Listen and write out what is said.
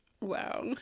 Wow